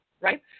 right